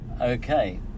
Okay